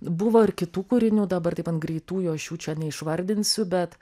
buvo ir kitų kūrinių dabar taip ant greitųjų aš jų čia neišvardinsiu bet